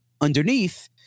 underneath